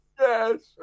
Yes